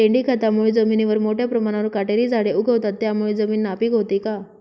लेंडी खतामुळे जमिनीवर मोठ्या प्रमाणावर काटेरी झाडे उगवतात, त्यामुळे जमीन नापीक होते का?